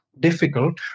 difficult